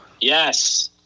Yes